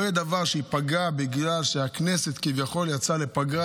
לא יהיה דבר שייפגע בגלל שהכנסת כביכול יצאה לפגרה.